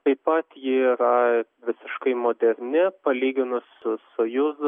taip pat ji yra visiškai moderni palyginus su sojuz